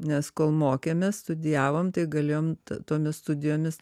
nes kol mokėmės studijavom tai galėjom tomis studijomis